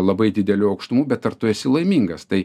labai didelių aukštumų bet ar tu esi laimingas tai